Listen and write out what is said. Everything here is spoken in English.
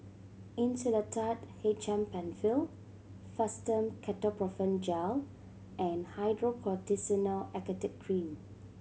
Insulatard H M Penfill Fastum Ketoprofen Gel and Hydrocortisone Acetate Cream